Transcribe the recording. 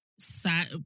sad